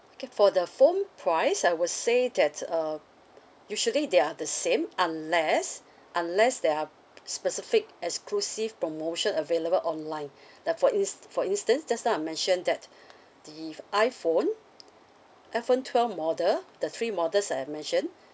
K for the phone price I would say that um usually they are the same unless unless there are specific exclusive promotion available online like for ins~ for instance just now I mention that the iPhone iPhone twelve model the three models I've mentioned